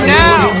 now